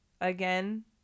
Again